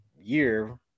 year